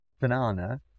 banana